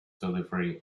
delivery